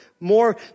More